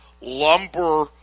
Lumber